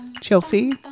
Chelsea